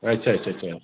اچھا اچھا اچھا